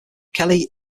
kelly